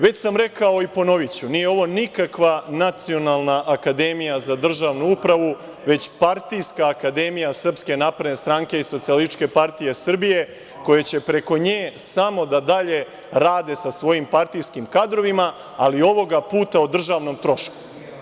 Već sam rekao, i ponoviću, nije ovo nikakva Nacionalna akademija za državnu pravu, već partijska akademija Srpske napredne stranke i Socijalističke partije Srbije, koji će preko nje samo da dalje rade sa svojim partijskim kadrovima, ali ovog puta o državnom trošku.